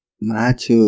match